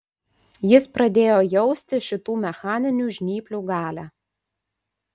jis pradėjo jausti šitų mechaninių žnyplių galią